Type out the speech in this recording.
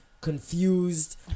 Confused